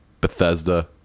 Bethesda